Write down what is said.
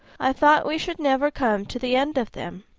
i thought we should never come to the end of them.